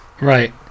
Right